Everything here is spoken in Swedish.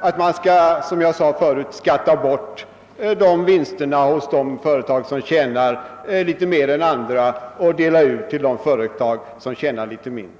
att man skall skatta bort vinsterna hos de företag som tjänar litet mer än andra och dela ut dessa pengar till företag som tjänar litet mindre.